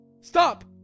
Stop